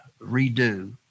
redo